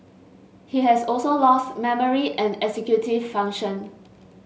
he has also lost memory and executive function